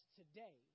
today